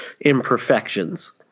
imperfections